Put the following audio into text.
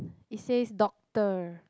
it says doctor